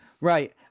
Right